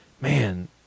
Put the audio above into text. man